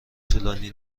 طولانی